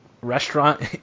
restaurant